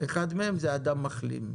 אחד מהם זה אדם מחלים.